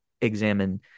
examine